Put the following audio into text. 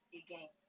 again